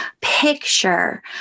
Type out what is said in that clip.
picture